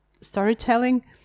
storytelling